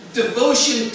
devotion